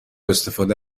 استفاده